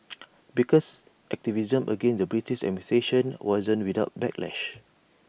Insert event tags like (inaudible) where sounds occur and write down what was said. (noise) baker's activism against the British administration wasn't without backlash